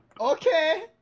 Okay